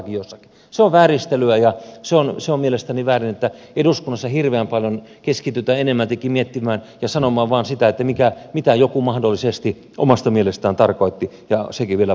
se on vääristelyä ja se on mielestäni väärin että eduskunnassa hirveän paljon keskitytään enemmältikin miettimään ja sanomaan vain sitä mitä joku mahdollisesti omasta mielestään tarkoitti ja sekin vielä poliittisessa mielessä